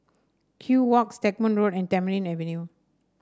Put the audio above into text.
Kew Walk Stagmont Road and Tamarind Avenue